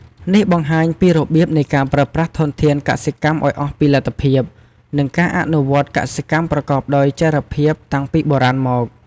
នេះបង្ហាញពីរបៀបនៃការប្រើប្រាស់ធនធានកសិកម្មឱ្យអស់ពីលទ្ធភាព និងការអនុវត្តកសិកម្មប្រកបដោយចីរភាពតាំងពីបុរាណមក។